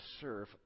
serve